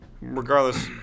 regardless